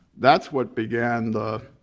that's what began the